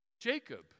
Jacob